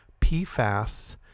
PFAS